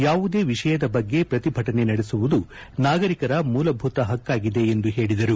ಯಾವುದೇ ವಿಷಯದ ಬಗ್ಗೆ ಪ್ರತಿಭಟನೆ ನಡೆಸುವುದು ನಾಗರಿಕರ ಮೂಲಭೂತ ಹಕ್ಕಾಗಿದೆ ಎಂದು ಹೇಳಿದರು